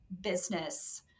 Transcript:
business